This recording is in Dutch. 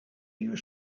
uur